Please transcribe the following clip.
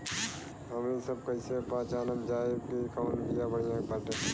हमनी सभ कईसे पहचानब जाइब की कवन बिया बढ़ियां बाटे?